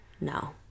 No